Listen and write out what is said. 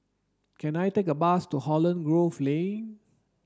can I take a bus to Holland Grove Lane